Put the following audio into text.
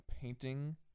painting